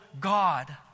God